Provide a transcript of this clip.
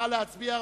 נא להצביע.